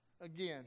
again